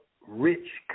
rich